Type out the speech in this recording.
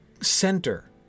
center